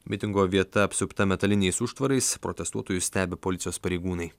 mitingo vieta apsupta metaliniais užtvarais protestuotojus stebi policijos pareigūnai